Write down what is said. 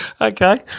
Okay